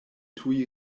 tuj